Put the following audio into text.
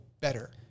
better